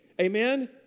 Amen